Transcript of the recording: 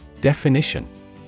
Definition